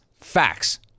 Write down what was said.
Facts